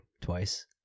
twice